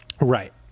Right